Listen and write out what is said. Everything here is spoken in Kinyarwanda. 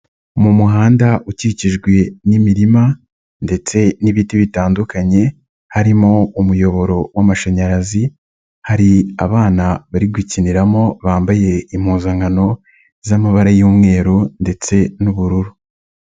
Mu muhanda ukikijwe n'imirima ndetse n'ibiti bitandukanye, harimo umuyoboro w'amashanyarazi, hari abana bari gukiniramo bambaye impuzankano z'amabara y'umweru ndetse n'ubururu.